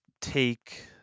take